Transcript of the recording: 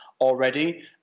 already